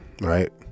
right